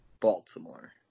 Baltimore